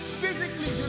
physically